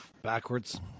Backwards